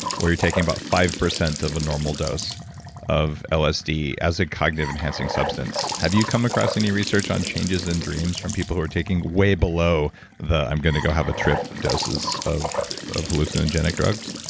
where you're taking about five percent of a normal dose of lsd as a cognitive enhancing substance. have you come across any research in changes in dreams from people who are taking way below the i'm going to go have a trip doses of of hallucinogenic drugs?